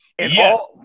Yes